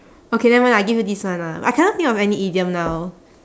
okay never mind lah I give you this one lah I cannot think of any idiom now